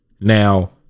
Now